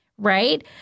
Right